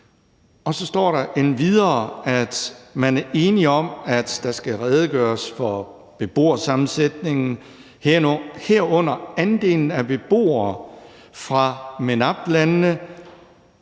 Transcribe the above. Så står der endvidere, at man er enig om, at der skal redegøres for beboersammensætningen, herunder andelen af beboere fra MENAPT-landene.